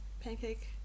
pancake